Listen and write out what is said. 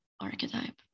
archetype